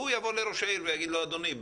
הוא יבוא לראש העיר ויגיד לו: אדוני,